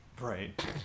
Right